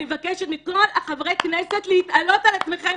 אני מבקשת מכל חברי הכנסת להתעלות על עצמכם.